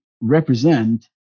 represent